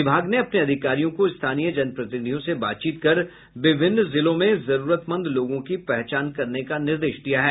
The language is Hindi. विभाग ने अपने अधिकारियों को स्थानीय जनप्रतिनिधियों से बातचीत कर विभिन्न जिलों में जरूरतमंद लोगों की पहचान करने का निर्देश दिया है